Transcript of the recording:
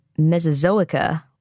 mesozoica